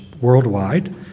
worldwide